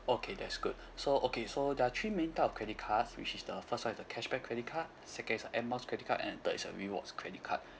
okay that's good so okay so there are three main type of credit cards which is the first one is the cashback credit card second is the air miles credit card and third is a rewards credit card